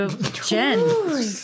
Jen